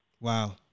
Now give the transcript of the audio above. Wow